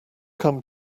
come